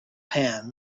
pan